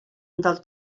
del